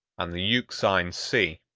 and the euxine sea.